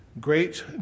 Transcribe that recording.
Great